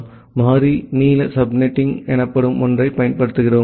எனவே மாறி நீள சப்நெட்டிங் எனப்படும் ஒன்றைப் பயன்படுத்துகிறோம்